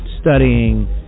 studying